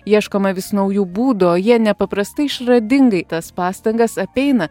ieškoma vis naujų būdo o jie nepaprastai išradingai tas pastangas apeina